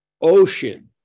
ocean